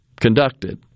conducted